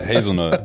Hazelnut